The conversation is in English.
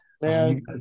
Man